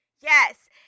yes